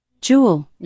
Jewel